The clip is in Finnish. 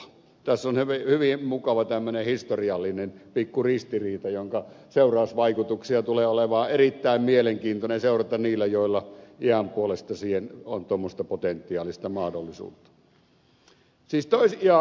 tässä on hyvin mukava tämmöinen historiallinen pikku ristiriita jonka seurausvaikutuksia tulee olemaan erittäin mielenkiintoista seurata niiden joilla iän puolesta siihen on tuommoista potentiaalista mahdollisuutta